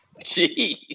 Jeez